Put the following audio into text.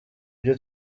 ibyo